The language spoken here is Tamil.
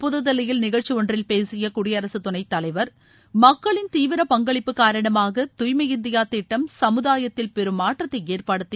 புதுதில்லியில் நிகழ்ச்சி ஒன்றில் பேசிய குடியரசுத் துணைத் தலைவர் மக்களின் தீவிர பங்களிப்பு காரணமாக தூய்மை இந்தியா திட்டம் சமுதாயத்தில் பெரும் மாற்றத்தை ஏற்படுத்தி